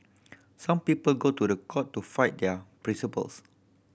some people go to the court to fight their principles